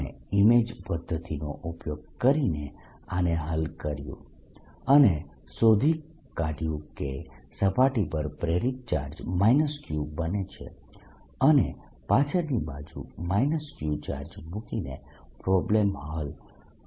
આપણે ઈમેજ પદ્ધતિ નો ઉપયોગ કરીને આને હલ કર્યું અને શોધી કાઢયું કે સપાટી પર પ્રેરિત ચાર્જ Q બને છે અને પાછળની બાજુ Q ચાર્જ મૂકીને પ્રોબ્લમ હલ થઈ શકે છે